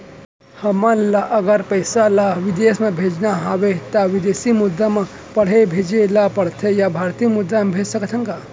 हमन ला अगर पइसा ला विदेश म भेजना हवय त विदेशी मुद्रा म पड़ही भेजे ला पड़थे या भारतीय मुद्रा भेज सकथन का?